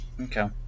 Okay